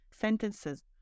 sentences